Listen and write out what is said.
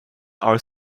are